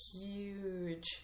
huge